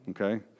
okay